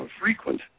frequent